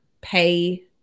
pay